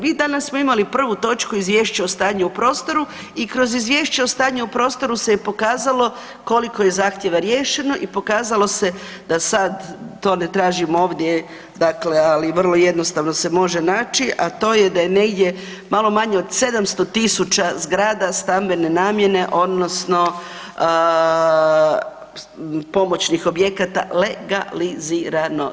Mi danas smo imali prvu točku Izvješća o stanju u prostoru i kroz Izvješća o stanju u prostoru se je pokazalo koliko je zahtjeva riješeno i pokazalo se da sad to ne tražim ovdje, dakle ali vrlo jednostavno se može naći, a to je da je negdje malo manje od 700 000 zgrada stambene namjene odnosno pomoćnih objekata legalizirano.